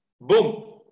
boom